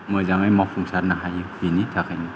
मोजाङै मावफुंसारनो हायो बेनि थाखायनो